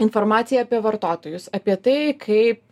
informacijai apie vartotojus apie tai kaip